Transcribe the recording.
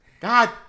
God